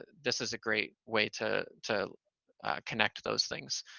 this is a great way to to connect those things.